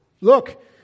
Look